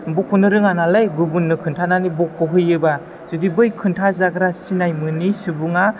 बख'नो रोङा नालाय गुबुन्नो खोन्थानानै बख' होयोबा जुदि बै खिन्था जाग्रा सिनाय मोनै सुबुङा